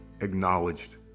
acknowledged